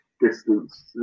Distance